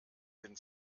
den